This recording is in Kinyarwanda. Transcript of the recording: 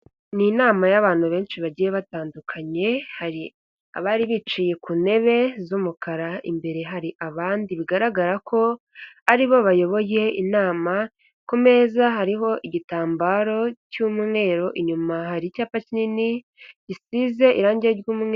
N'inama y'abantu benshi bagiye batandukanye hari abari bicaye ku ntebe z'umukara imbere hari abandi bigaragara ko aribo bayoboye inama, ku meza hariho igitambaro cy'umweru inyuma hari icyapa kinini gisize irangi ry'umweru...